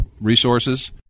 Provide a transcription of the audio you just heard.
resources